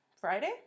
Friday